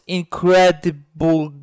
incredible